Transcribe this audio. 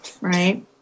Right